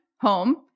home